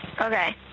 Okay